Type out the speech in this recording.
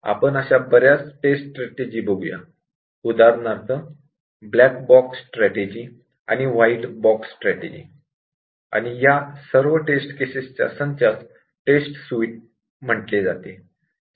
आपण अशा बऱ्याच टेस्ट स्ट्रॅटेजि बघूया उदाहरणार्थ ब्लॅक बॉक्स स्ट्रॅटेजि आणि व्हाईट बॉक्स स्ट्रॅटेजि आणि या सर्व टेस्ट केसेसच्या संचास टेस्ट सुइट म्हटले जाते